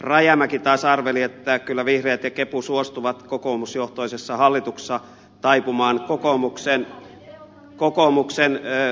rajamäki taas arveli että kyllä vihreät ja kepu suostuvat kokoomusjohtoisessa hallituksessa taipumaan kokoomuksen verolinjaan